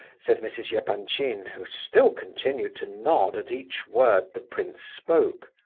said mrs. yeah epanchin, who still continued to nod at each word the prince spoke.